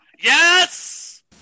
yes